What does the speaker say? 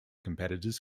competitors